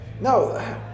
no